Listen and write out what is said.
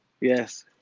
Yes